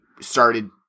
started